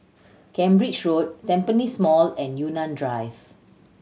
Cambridge Road Tampines Mall and Yunnan Drive